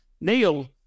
Neil